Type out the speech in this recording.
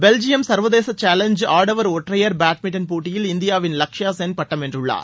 Belgium சர்வதேச challenge ஆடவர் ஒற்றையர் பேட்மிண்டன் போட்டியில் இந்தியாவின் லக்ஷியா சென் பட்டம் வென்றுள்ளார்